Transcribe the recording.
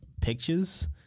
pictures